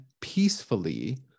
peacefully